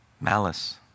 malice